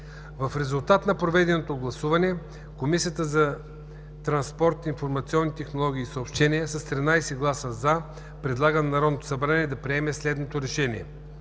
В резултат на проведеното гласуване Комисията по транспорт, информационни технологии и съобщения с 13 гласа „за“ предлага на Народното събрание да приеме следното решение: